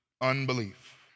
unbelief